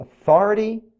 authority